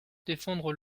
défendre